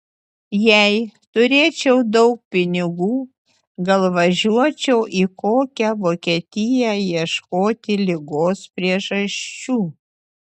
jei turėčiau daug pinigų gal važiuočiau į kokią vokietiją ieškoti ligos priežasčių